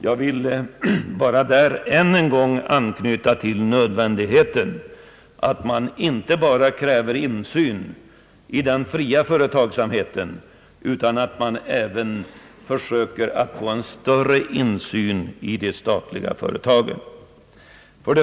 Jag vill där än en gång anknyta till att det är nödvändigt att man inte bara kräver insyn i den fria företagsamheten utan även försöker få en bättre insyn i de statliga företagen.